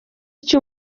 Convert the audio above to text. icyo